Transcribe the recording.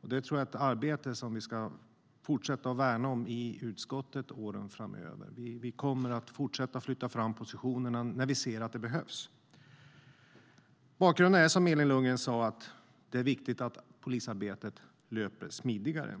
Jag tror att det är ett arbete vi ska fortsätta att värna i utskottet under åren framöver. Vi kommer att fortsätta flytta fram positionerna när vi ser att det behövs. Bakgrunden är, som Elin Lundgren sa, att det är viktigt att polisarbetet löper smidigare.